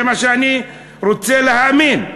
זה מה שאני רוצה להאמין.